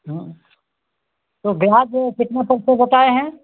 हाँ तो ब्याज में कितने पैसे बताए हैं